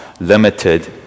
limited